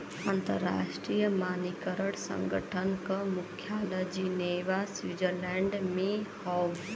अंतर्राष्ट्रीय मानकीकरण संगठन क मुख्यालय जिनेवा स्विट्जरलैंड में हौ